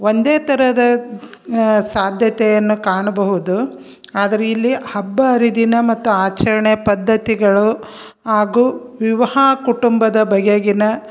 ಒಂದೇ ಥರದ ಸಾಧ್ಯತೆಯನ್ನು ಕಾಣಬಹುದು ಆದರಿಲ್ಲಿ ಹಬ್ಬ ಹರಿದಿನ ಮತ್ತು ಆಚರಣೆ ಪದ್ಧತಿಗಳು ಹಾಗೂ ವಿವಾಹ ಕುಟುಂಬದ ಬಗೆಗಿನ